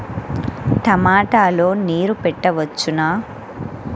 టమాట లో నీరు పెట్టవచ్చునా?